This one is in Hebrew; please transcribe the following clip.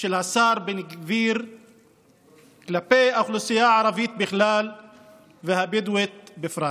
של השר בן גביר כלפי האוכלוסייה הערבית בכלל והבדואית בפרט,